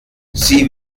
sie